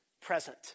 Present